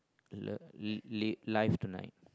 love shack live tonight